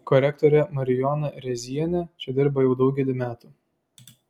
korektorė marijona rėzienė čia dirba jau daugelį metų